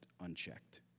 unchecked